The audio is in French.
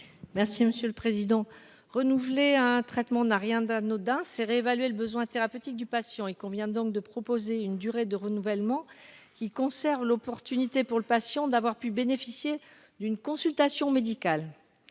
Mme Florence Lassarade. Renouveler un traitement n'a rien d'anodin, car cela suppose de réévaluer le besoin thérapeutique du patient. Il convient donc de proposer une durée de renouvellement qui ménage l'opportunité pour le patient de bénéficier d'une consultation médicale.